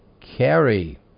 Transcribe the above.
carry